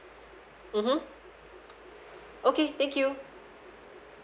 mmhmm okay thank you